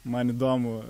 man įdomu